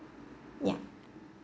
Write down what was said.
yup